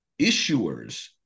issuers